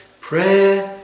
prayer